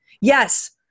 Yes